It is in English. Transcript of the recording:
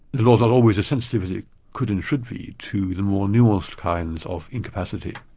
the law's not always as sensitive as it could and should be, to the more nuanced kinds of incapacity.